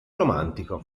romantico